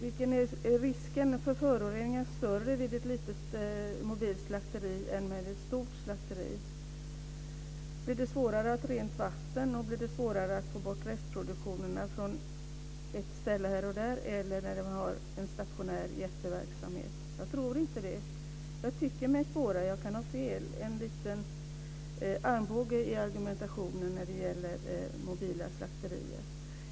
Är risken för föroreningar större vid ett litet mobilt slakteri än vid ett stort slakteri? Blir det svårare att få rent vatten? Blir det svårare att få bort restprodukterna från mobila slakterier än från en stationär jätteverksamhet? Jag tror inte det. Jag kan ha fel, men jag tycker mig spåra en armbåge i argumentationen när det gäller mobila slakterier.